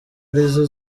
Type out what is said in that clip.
arizo